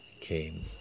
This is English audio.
came